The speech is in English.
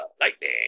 Lightning